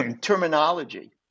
terminology